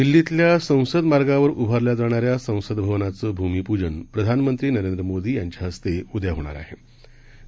दिल्लीतल्यासंसदमार्गावरउभारल्याजाणाऱ्यासंसदभवनाचंभूमिपूजनप्रधानमंत्रीनरेंद्रमोदीयांच्याहस्तेउद्याहोणारआहे